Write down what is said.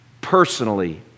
personally